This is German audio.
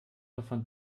davon